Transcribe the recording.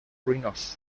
ruïnós